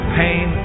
pain